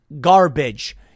garbage